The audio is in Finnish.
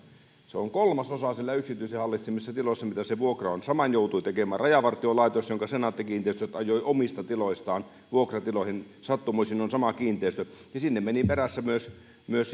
se on kolmasosa siellä yksityisen hallitsemissa tiloissa mitä se vuokra on saman joutui tekemään rajavartiolaitos jonka senaatti kiinteistöt ajoi omista tiloistaan vuokratiloihin sattumoisin on sama kiinteistö sinne meni perässä myös myös